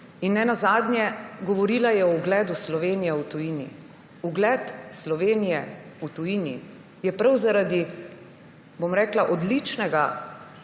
In ne nazadnje, govorila je o ugledu Slovenije v tujini. Ugled Slovenije v tujini je prav zaradi, bom rekla, odličnega